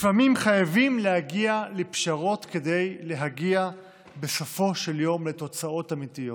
לפעמים חייבים להגיע לפשרות כדי להגיע בסופו של יום לתוצאות אמיתיות.